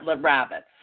rabbits